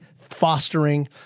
fostering